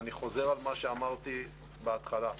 אני חוזר על מה שאמרתי קודם לכן.